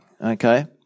okay